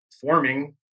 forming